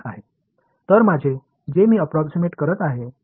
எனவே நான் இப்போது தோராயமாகச் சொல்லும் எனது செயல்பாடு தொடர்ச்சியானது